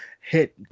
hit